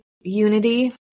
unity